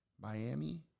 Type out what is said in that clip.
Miami